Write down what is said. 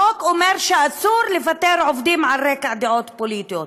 החוק אומר שאסור לפטר עובדים על רקע דעות פוליטיות,